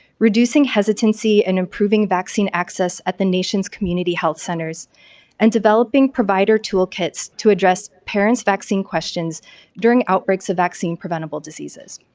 reducing hesitancy and improving vaccine access at the nation's community health centers and developing provide tool kits to address parents' vaccine questions during outbreaks of vaccine preventable diseases.